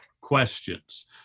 questions